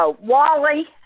wally